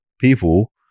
people